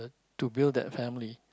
to build that family